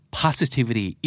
positivity